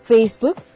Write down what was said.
Facebook